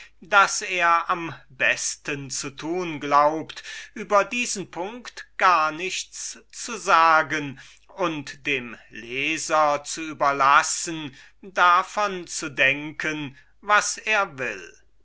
daß er am besten zu tun glaubt über diesen punkt gar nichts zu sagen und dem leser zu überlassen davon zu denken was er will